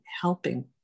helping